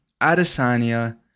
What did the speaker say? adesanya